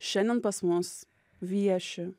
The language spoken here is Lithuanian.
šiandien pas mus vieši